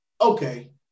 okay